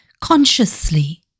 consciously